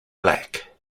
black